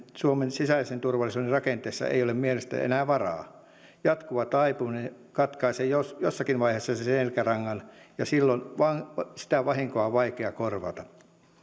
suomen sisäisen turvallisuuden rakenteissa ei ole mielestäni enää varaa jatkuva taipuminen katkaisee jossakin vaiheessa sen selkärangan ja silloin vahinkoa on vaikea korvata